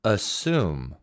Assume